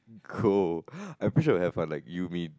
cool I'm sure I will be like you win